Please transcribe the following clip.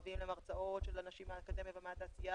מביאים להם הרצאות של אנשים מהאקדמיה והתעשייה